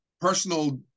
personal